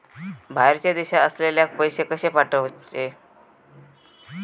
बाहेरच्या देशात असलेल्याक पैसे कसे पाठवचे?